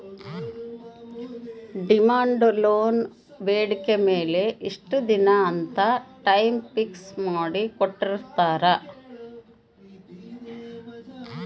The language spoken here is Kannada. ಡಿಮಾಂಡ್ ಲೋನ್ ಬೇಡಿಕೆ ಮೇಲೆ ಇಷ್ಟ ದಿನ ಅಂತ ಟೈಮ್ ಫಿಕ್ಸ್ ಮಾಡಿ ಕೋಟ್ಟಿರ್ತಾರಾ